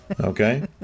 Okay